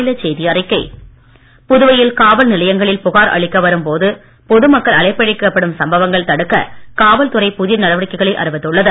Puduvai police புதுவையில் காவல் நிலையங்களில் புகார் அளிக்க வரும் பொது மக்கள் அலை கழிக்கப்படும் சம்பவங்களை தடுக்க காவல் துறை புதிய நடவடிக்கைகளை அறிவித்துள்ளது